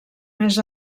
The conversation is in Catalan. més